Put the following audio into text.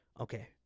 Okay